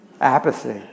Apathy